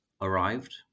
arrived